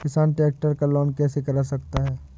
किसान ट्रैक्टर का लोन कैसे करा सकता है?